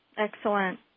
Excellent